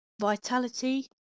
Vitality